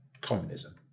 communism